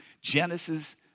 Genesis